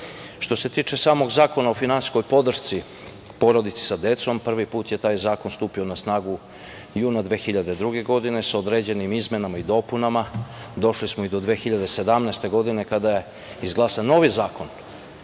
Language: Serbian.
se tiče samog Zakona o finansijskoj podršci porodici sa decom, prvi put je taj zakon stupio na snagu juna 2002. godine. Sa određenim izmenama i dopunama došli smo i do 2017. godine, kada je izglasan novi zakon.